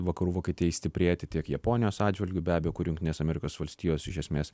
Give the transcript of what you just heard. vakarų vokietijai stiprėti tiek japonijos atžvilgiu be abejo kur jungtinės amerikos valstijos iš esmės